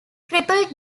crippled